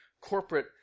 corporate